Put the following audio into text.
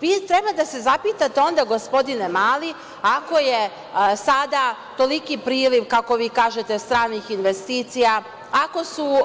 Vi treba da se zapitate, gospodine Mali, ako je sada toliki priliv, kako vi kažete, stranih investicija, ako su